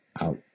out